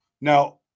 Now